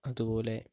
അതുപോലെ